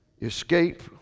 Escape